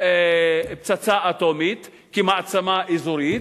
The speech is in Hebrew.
פצצה אטומית, כמעצמה אזורית.